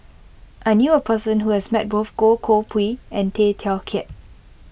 I knew a person who has met both Goh Koh Pui and Tay Teow Kiat